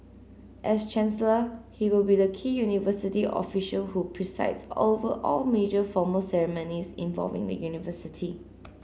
as chancellor he will be the key university official who presides over all major formal ceremonies involving the university